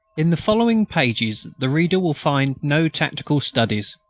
in the following pages the reader will find no tactical studies,